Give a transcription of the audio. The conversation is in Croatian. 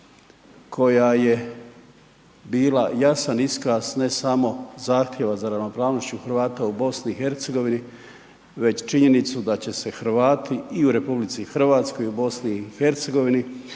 koja je bila jasan iskaz ne samo zahtjeva za ravnopravnošću Hrvata u BiH, već činjenicu da će se Hrvati i u RH i u BiH